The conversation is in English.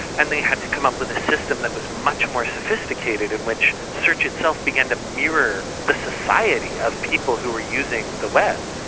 and they had to come up with a system that was much more sophisticated in which search itself began to mirror the society of people who were using the web,